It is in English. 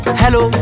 hello